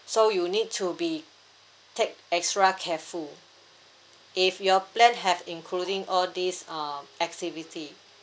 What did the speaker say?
so you need to be take extra careful if your plan have including all this um activity